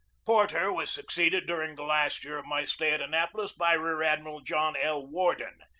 porter was succeeded during the last year of my stay at annapolis by rear-admiral john l. worden,